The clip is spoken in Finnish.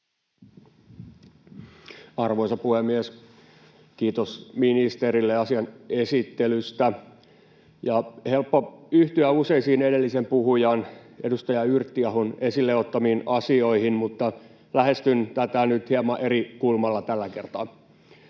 Arvoisa puhemies! Kiitos ministerille asian esittelystä. On helppo yhtyä useisiin edellisen puhujan, edustaja Yrttiahon, esille ottamiin asioihin, mutta lähestyn tätä nyt hieman eri kulmalla tällä kertaa.